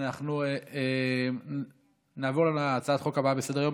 אנחנו נעבור להצעת החוק הבאה בסדר-היום,